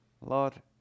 Lord